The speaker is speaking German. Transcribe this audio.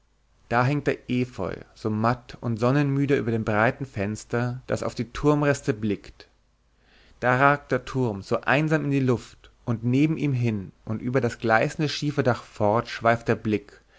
da hängt der efeu so matt und sonnenmüde über dem breiten fenster das auf die turmreste blickt da ragt der turm so einsam in die luft und neben ihm hin und über das gleißende schieferdach fort schweift der blick